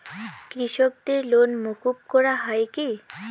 কৃষকদের লোন মুকুব করা হয় কি?